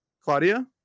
Claudia